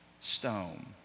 stone